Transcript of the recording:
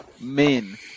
men